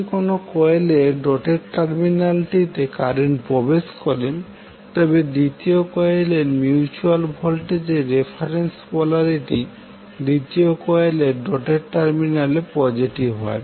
যদি কোনও কয়েলের ডটেড টার্মিনালটিতে কারেন্ট প্রবেশ করে তবে দ্বিতীয় কয়েলের মিউচুয়াল ভোল্টেজের রেফারেন্স পোলারিটি দ্বিতীয় কয়েলের ডটেড টার্মিনালে পোজেটিভ হয়